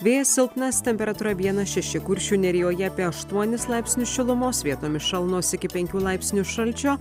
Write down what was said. vėjas silpnas temperatūra vienas šeši kuršių nerijoje apie aštuonis laipsnius šilumos vietomis šalnos iki penkių laipsnių šalčio